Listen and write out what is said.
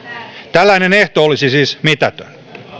tällainen ehto olisi siis mitätön